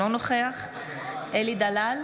אינו נוכח אלי דלל,